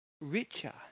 richer